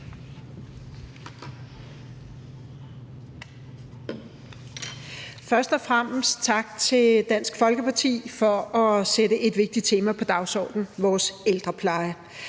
Først og fremmest tak til Dansk Folkeparti for at sætte et vigtigt tema på dagsordenen, nemlig vores ældrepleje.